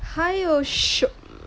还有 shiok